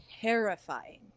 Terrifying